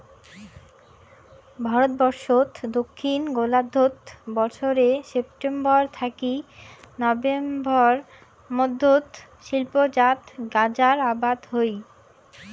ভারতবর্ষত দক্ষিণ গোলার্ধত বছরে সেপ্টেম্বর থাকি নভেম্বর মধ্যত শিল্পজাত গাঁজার আবাদ হই